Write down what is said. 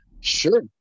sure